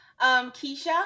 Keisha